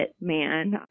man